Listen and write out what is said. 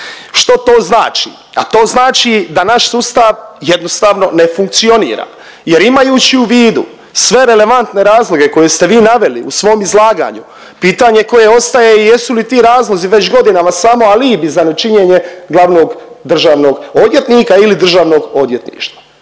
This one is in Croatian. Što to znači? A to znači da naš sustav jednostavno ne funkcionira jer imajući u vidu sve relevantne razloge koje ste vi naveli u svom izlaganju, pitanje koje ostaje jesu li ti razlozi već godinama samo alibi za nečinjenje glavnog državnog odvjetnika ili državnog odvjetništva